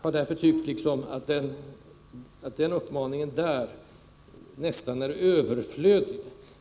Min erfarenhet är att ett sådant stadgande närmast är överflödigt.